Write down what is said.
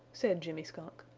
said jimmy skunk.